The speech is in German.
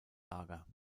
lager